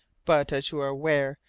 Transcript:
but, as you are aware,